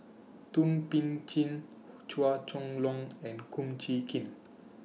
Thum Ping Tjin Chua Chong Long and Kum Chee Kin